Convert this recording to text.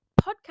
podcast